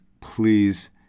please